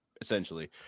essentially